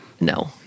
No